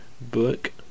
book